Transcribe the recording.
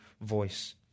voice